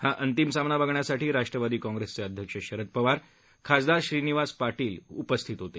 हा अंतिम सामना बघण्यासाठी राष्ट्रवादी काँग्रेसचे अध्यक्ष शरद पवार खासदार श्रीनिवास पाटील उपस्थित होते